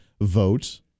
votes